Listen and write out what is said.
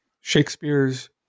Shakespeare's